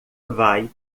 vai